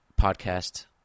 podcast